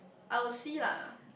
I will see lah